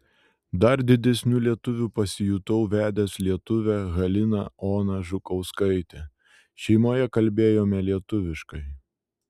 dar didesniu lietuviu pasijutau vedęs lietuvę haliną oną žukauskaitę šeimoje kalbėjome lietuviškai